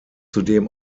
zudem